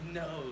no